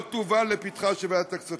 לא יובאו לפתחה של ועדת הכספים.